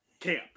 camp